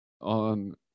on